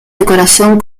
decoración